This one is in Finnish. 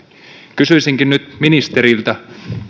kysyisinkin nyt ministeriltä